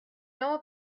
know